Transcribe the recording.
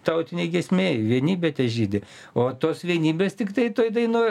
tautinė giesmė vienybė težydi o tos vienybės tiktai toj dainoj